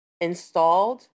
installed